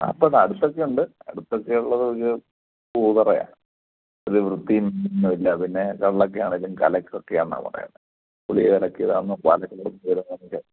അപ്പോൾ അടുത്തൊക്കെയുണ്ട് അടുത്തൊക്കെ ഉള്ളതൊരു കൂതറയാണ് ഒരു വൃത്തിയൊന്നും ഇല്ല പിന്നെ കള്ളക്കെയാണേലും കലക്കൊക്കെയാന്നാ പറയുന്നത് പുളി കലക്കീതാന്നും പാലിൽ കളറ് മുക്കിയതാന്നൊക്കെ